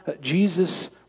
Jesus